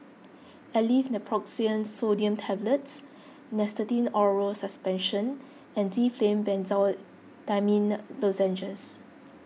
Aleve Naproxen Sodium Tablets Nystatin Oral Suspension and Difflam Benzydamine Lozenges